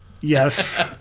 yes